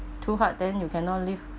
too hard then you cannot live